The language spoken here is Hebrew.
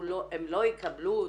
הם לא יקבלו אותו,